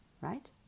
right